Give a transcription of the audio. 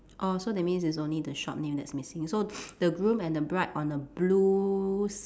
orh so that means it's only the shop name that's missing so the groom and the bride on a blue s~